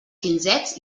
quinzets